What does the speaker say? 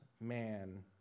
man